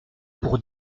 pour